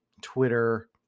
Twitter